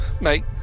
Mate